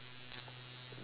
what do they do